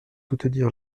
soutenir